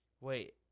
Wait